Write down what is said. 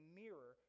mirror